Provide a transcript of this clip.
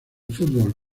fútbol